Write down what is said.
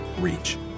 reach